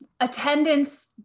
attendance